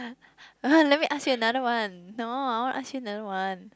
let me ask you another one no I want to ask you another one